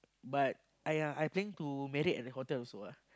but !aiya! I planning to married at a hotel also ah